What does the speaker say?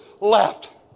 left